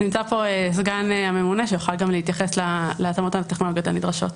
נמצא כאן סגן הממונה שיוכל גם להתייחס להתאמות הטכנולוגיות הנדרשות.